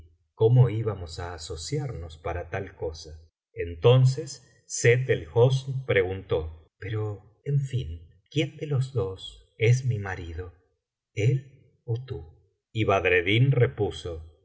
cómo íbamos á asociarnos para tal cosa entonces sett el hosn preguntó pero en fin quién de los dos es mi marido él ó tú y badreddin repuso